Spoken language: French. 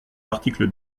l’article